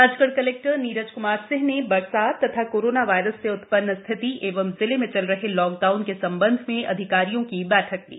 Rajgarh collector Neeraj Kumar Singh ने बरसात तथा कोरोना वायरस से उत्पन्न स्थिति एवं जिले में चल रहे लाकडाउन के सम्बन्ध में अधिकारियों की बैठक ली